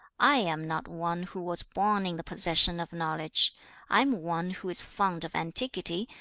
i am not one who was born in the possession of knowledge i am one who is fond of antiquity,